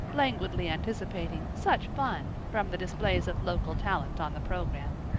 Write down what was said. languidly anticipating such fun from the displays of local talent on the program.